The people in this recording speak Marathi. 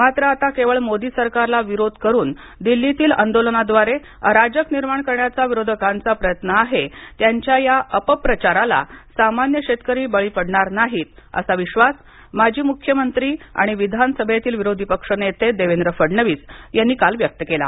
मात्र आता केवळ मोदी सरकारला विरोध करून दिल्लीतील आंदोलनाद्वारे अराजक निर्माण करण्याचा विरोधकांचा प्रयत्न आहे त्यांच्या या अपप्रचाराला सामान्य शेतकरी बळी पडणार नाहीत असा विश्वास माजी मुख्यमंत्री आणि विधानसभेतील विरोधी पक्षनेते देवेंद्र फडणवीस यांनी काल व्यक्त केला